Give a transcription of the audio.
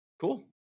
cool